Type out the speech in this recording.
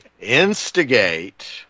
instigate